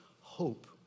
hope